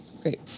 great